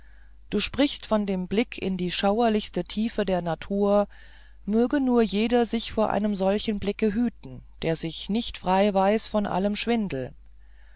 du sprichst von dem blick in die schauerlichste tiefe der natur möge nur jeder sich vor einem solchen blick hüten der sich nicht frei weiß von allem schwindel